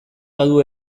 badu